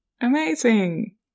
Amazing